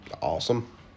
Awesome